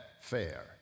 fair